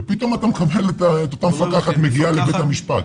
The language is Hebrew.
ופתאום אתה מקבל את אותה המפקחת מגיעה לבית המשפט.